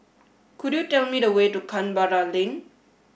could you tell me the way to Canberra Lane